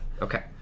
Okay